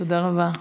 תודה רבה.